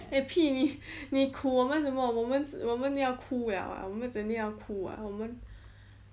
eh 屁你你苦我们什么我们我们要哭 liao lah 我们整天要哭 ah 我们